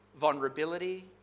vulnerability